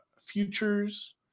futures